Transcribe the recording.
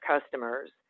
customers